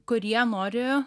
kurie nori